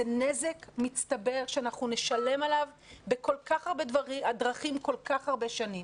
זה נזק מצטבר שאנחנו נשלם עליו בכל כך הרבה דרכים במשך כל כך הרבה שנים.